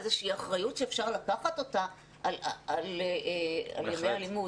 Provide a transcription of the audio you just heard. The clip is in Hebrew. איזושהי אחריות שאפשר לקחת אותה על ימי הלימוד.